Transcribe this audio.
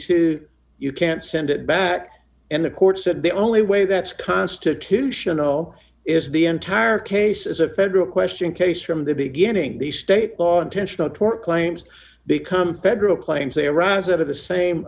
two you can't send it back and the court said the only way that's constitutional is the entire case is a federal question case from the beginning the state law intentional tort claims become federal claims they arise out of the